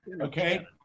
Okay